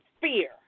fear